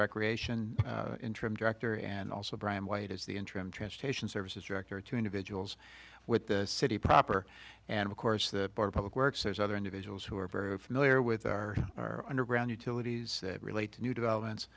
recreation interim director and also brian white is the interim transportation services director two individuals with the city proper and of course that public works there's other individuals who are very familiar with our underground utilities relate to new developments